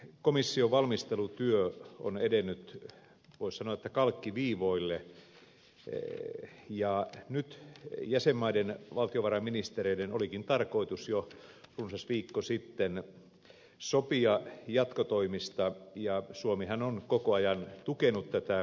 euroopan komission valmistelutyö on edennyt voisi sanoa kalkkiviivoille ja nyt jäsenmaiden valtiovarainministereiden olikin tarkoitus jo runsas viikko sitten sopia jatkotoimista ja suomihan on koko ajan tukenut tätä valmistelua